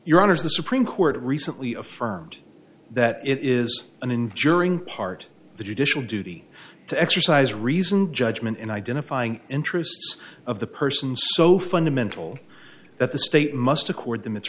your honors the supreme court recently affirmed that it is an injuring part of the judicial duty to exercise reasoned judgment in identifying interests of the persons so fundamental that the state must accord them it